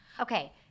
Okay